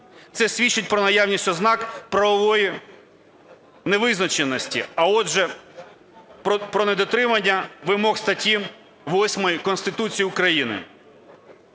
Це свідчить про наявність ознак правової невизначеності, а отж, про недотримання вимог статті 8 Конституції України.